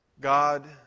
God